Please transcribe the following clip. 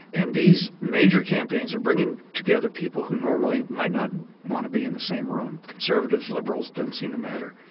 and these major campaigns are bringing together people who normally might not want to be in the same room conservatives, liberals, it doesn't seem to matter,